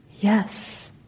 Yes